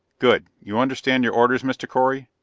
good. you understand your orders, mr. correy?